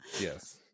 Yes